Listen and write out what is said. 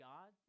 God